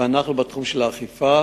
ואנחנו בתחום האכיפה,